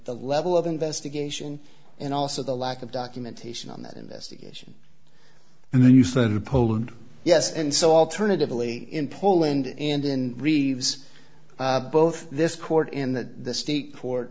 the level of investigation and also the lack of documentation on that investigation and poland yes and so alternatively in poland and in reeves both this court in the state